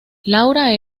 laura